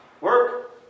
Work